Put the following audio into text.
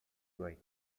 way